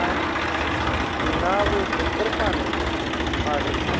اَہَن ناو حظ چھُ تَتھ عِرفان حظ آڈرَس حظ